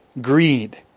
Greed